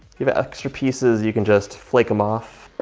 give extra pieces you can just flick them off.